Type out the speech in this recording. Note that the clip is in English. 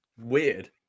Weird